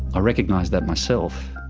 recognised that myself.